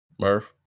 Murph